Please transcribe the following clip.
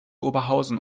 oberhausen